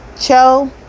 Cho